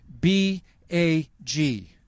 B-A-G